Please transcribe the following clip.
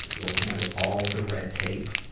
will handle all the red tape.